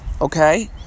Okay